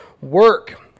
work